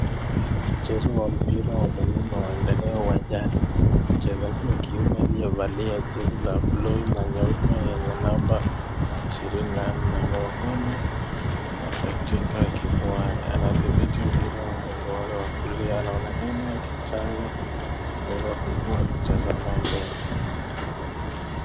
Mchezo wa mpira ya miguu unaendelea uwanjani, mchezaji wa kiume aliyevalia jezi la buluu na nyeupe yenye namba ishirini na nne mgongoni na katika kifua anathibiti mpira na mguu wake wa kulia, anaonekana akichana mbuga huku akitazama mbele.